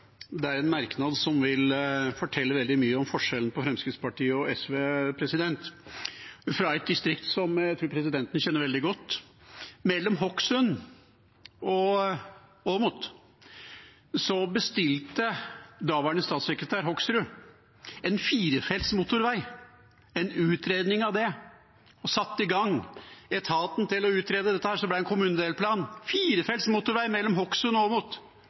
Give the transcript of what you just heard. Det er en merknad som forteller veldig mye om forskjellen på Fremskrittspartiet og SV, fra et distrikt som jeg tror presidenten kjenner veldig godt. Mellom Hokksund og Åmot bestilte daværende statssekretær Hoksrud en utredning av en firefelts motorvei og satte etaten i gang med å utrede dette, som ble en kommunedelplan – firefelts motorvei mellom